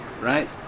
right